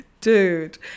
dude